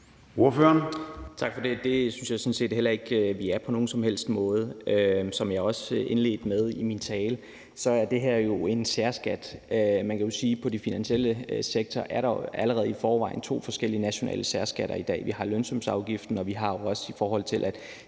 Rona (M): Tak for det. Det synes jeg sådan set heller ikke vi på nogen som helst måde er. Som jeg også indledte med i min tale, er det her jo en særskat. Man kan sige, at i den finansielle sektor er der jo allerede i forvejen to forskellige nationale særskatter i dag; vi har lønsumsafgiften, og vi har det også, i forhold til at